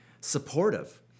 supportive